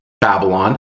Babylon